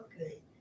Okay